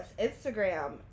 Instagram